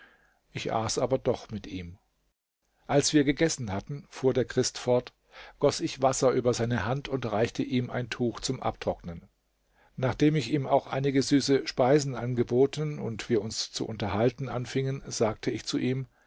ich aß aber doch mit ihm als wir gegessen hatten fuhr der christ fort goß ich wasser über seine hand und reichte ihm ein tuch zum abtrocknen nachdem ich ihm auch einige süße speisen angeboten und wir uns zu unterhalten anfingen sagte ich zu ihm